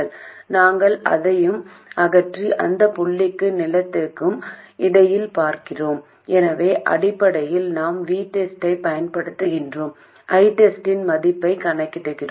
எனவே நான் அதை சற்று வித்தியாசமாக செய்வேன் இந்த VTEST இந்த மின்தடை பிரிப்பான் முழுவதும் பயன்படுத்தப்படுகிறது மேலும் கேட் முனையமான இங்கிருந்து மின்னோட்டம் பாயவில்லை